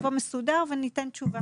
נבוא מסודר וניתן תשובה.